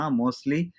mostly